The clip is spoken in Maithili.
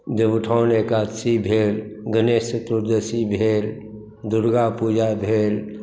देवोत्थान एकादशी भेल गणेश चतुर्दशी भेल दुर्गा पूजा भेल